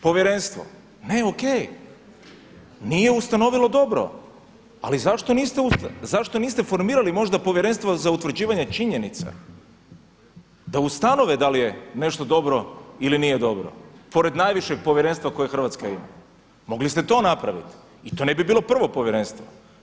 Povjerenstvo, ne ok, nije ustanovilo dobro ali zašto niste formirali možda povjerenstvo za utvrđivanje činjenica da ustanove da li je nešto dobro ili nije dobro pored najvišeg povjerenstva koje Hrvatska ima, mogli ste to napraviti i to ne bi bilo prvo povjerenstvo.